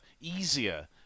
easier